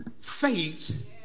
faith